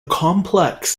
complex